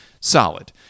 solid